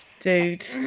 Dude